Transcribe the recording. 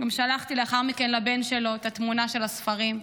וגם שלחתי לאחר מכן לבן שלו את התמונה של הספרים,